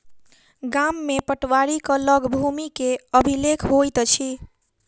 गाम में पटवारीक लग भूमि के अभिलेख होइत अछि